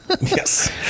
Yes